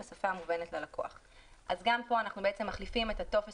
בשפה המובנת ללקוח."; גם פה אנחנו מחליפים את הטופס